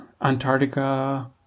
Antarctica